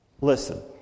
Listen